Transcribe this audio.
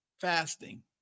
fasting